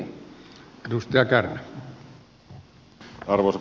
arvoisa puhemies